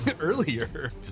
earlier